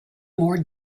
more